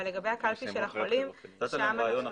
אבל לגבי הקלפי של החולים --- הבאת להם רעיון עכשיו.